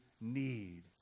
need